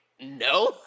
no